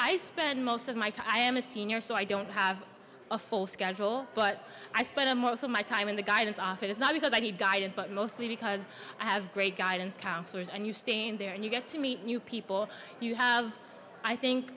i spend most of my to i am a senior so i don't have a full schedule but i spend most of my time in the guidance office not because i need guidance but mostly because i have great guidance counselors and you stay there and you get to meet new people you have i think